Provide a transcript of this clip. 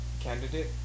candidate